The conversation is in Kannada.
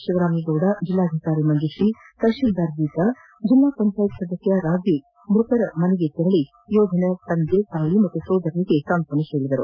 ಶಿವರಾಮೇಗೌಡ ಜಿಲ್ಲಾಧಿಕಾರಿ ಮಂಜುಶ್ರೀ ತಪಸೀಲ್ದಾರ್ ಗೀತಾ ಜಿಲ್ಲಾ ಪಂಚಾಯತ್ ಸದಸ್ದ ರಾಜೀವ್ ಮ್ವತನ ಮನೆಗೆ ಭೇಟಿ ನೀಡಿ ಯೋಧನ ತಂದೆ ತಾಯಿ ಮತ್ತು ಸಹೋದರರಿಗೆ ಸಾಂತ್ವನ ಹೇಳಿದರು